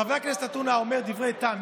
חבר הכנסת עטאונה אמר דברי טעם,